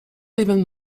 even